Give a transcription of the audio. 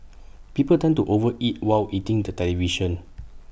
people tend to over eat while eating the television